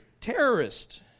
terrorist